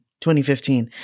2015